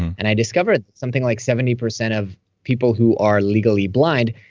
and i discovered something like seventy percent of people who are legally blind,